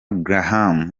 graham